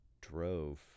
drove